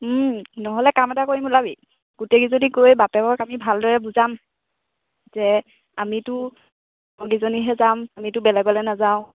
নহ'লে কাম এটা কৰিম ওলাবি গোটেইকেইজনী গৈ বাপেকক আমি ভাল দৰে বুজাম যে আমিতো লগৰকেইজনীহে যাম আমিতো বেলেগলৈ নাযাওঁ